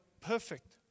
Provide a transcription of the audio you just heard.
perfect